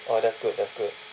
oh that's good that's good